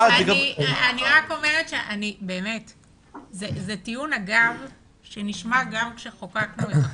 זה טיעון שנשמע גם עת חוקקנו את החוק.